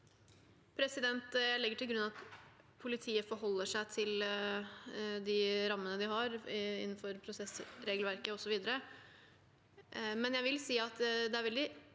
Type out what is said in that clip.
Jeg legger til grunn at politiet forholder seg til de rammene vi har innenfor prosessregelverket osv., men jeg vil si at det er veldig